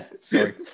Sorry